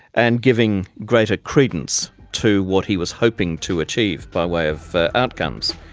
and giving greater credence to what he was hoping to achieve by way of outcomes.